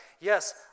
yes